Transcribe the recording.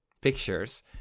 pictures